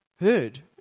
heard